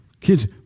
Kids